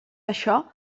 això